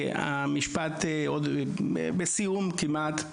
המשפט עוד בסיום כמעט,